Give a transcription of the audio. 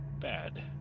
bad